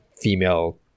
female